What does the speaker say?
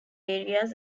areas